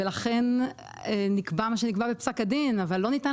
ולכן נקבע מה שנקבע בפסק הדין אבל לא ניתן